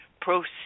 proceed